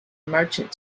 merchant